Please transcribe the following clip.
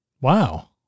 Wow